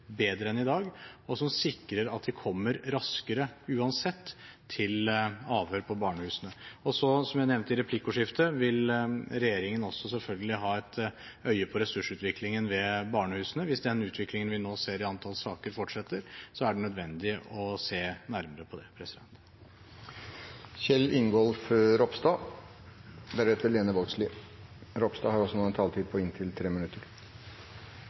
bedre enn i dag, og som sikrer at de kommer raskere – uansett – til avhør på barnehusene. Som jeg nevnte i replikkordskiftet, vil regjeringen selvfølgelig også ha et øye på ressursutviklingen ved barnehusene. Hvis den utviklingen vi nå ser i antall saker, fortsetter, er det nødvendig å se nærmere på det.